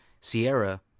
Sierra